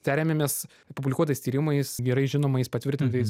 teremiamės publikuotais tyrimais gerai žinomais patvirtintais